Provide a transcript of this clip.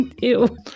ew